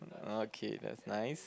oh okay that's nice